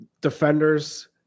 defenders